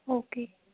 okay